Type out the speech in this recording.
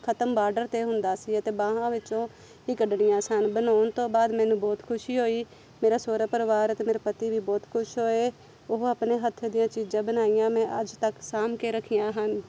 ਖਤਮ ਬਾਡਰ 'ਤੇ ਹੁੰਦਾ ਸੀ ਅਤੇ ਬਾਹਾਂ ਵਿੱਚੋਂ ਹੀ ਕੱਢਣੀਆਂ ਸਨ ਬਣਾਉਣ ਤੋਂ ਬਾਅਦ ਮੈਨੂੰ ਬਹੁਤ ਖੁਸ਼ੀ ਹੋਈ ਮੇਰਾ ਸਹੁਰਾ ਪਰਿਵਾਰ ਅਤੇ ਮੇਰਾ ਪਤੀ ਵੀ ਬਹੁਤ ਖੁਸ਼ ਹੋਏ ਉਹ ਆਪਣੇ ਹੱਥ ਦੀਆਂ ਚੀਜ਼ਾਂ ਬਣਾਈਆਂ ਮੈਂ ਅੱਜ ਤੱਕ ਸਾਂਭ ਕੇ ਰੱਖੀਆਂ ਹਨ